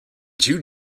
two